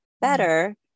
better